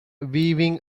weaving